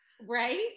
right